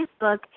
Facebook